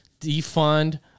defund